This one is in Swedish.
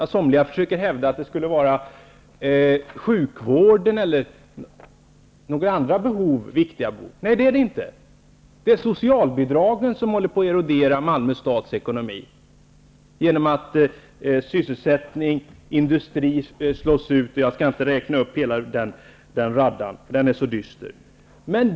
Somliga försöker hävda att det skulle vara sjukvården eller några andra viktiga behov. Men så är det inte. Det är socialbidragen som håller på att erodera Malmö stads ekonomi. Sysselsättning och industri slås ut. Jag skall inte räkna upp hela raddan, för den är så dyster.